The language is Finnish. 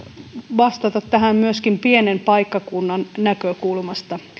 vastata tähän myöskin pienen paikkakunnan näkökulmasta